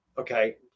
Okay